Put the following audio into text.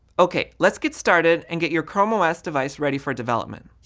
ok. let's get started and get your chrome os device ready for development.